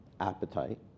appetite